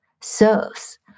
serves